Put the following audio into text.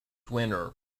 winner